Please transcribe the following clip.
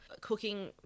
cooking